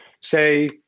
say